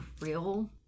real